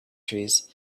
trees